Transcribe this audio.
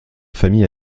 famille